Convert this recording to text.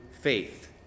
faith